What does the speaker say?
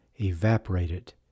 evaporated